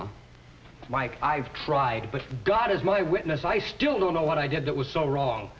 mike i've tried but god is my witness i still don't know what i did that was so wrong